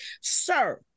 sir